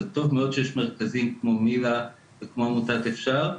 זה טוב שיש מרכזים כמו מיל”ה וכמו עמותת אפשר,